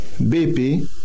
BP